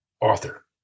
author